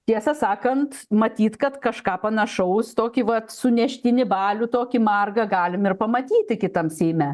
tiesą sakant matyt kad kažką panašaus tokį vat suneštinį balių tokį margą galim ir pamatyti kitam seime